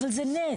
אבל זה נס.